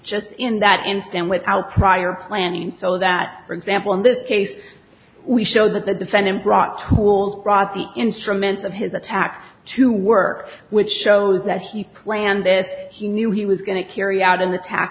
just in that instant without prior planning so that for example in this case we showed that the defendant brought tools brought the instruments of his attack to work which shows that he planned this he knew he was going to carry out an attack